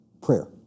prayer